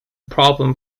problem